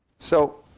so